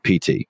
PT